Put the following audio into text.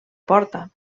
porta